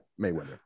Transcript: Mayweather